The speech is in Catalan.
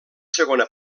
segona